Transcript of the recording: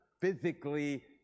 physically